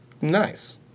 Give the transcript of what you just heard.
nice